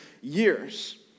years